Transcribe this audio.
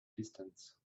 distance